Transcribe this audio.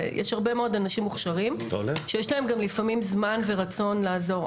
יש הרבה מאוד אנשים מוכשרים שיש להם גם לפעמים זמן ורצון לעזור,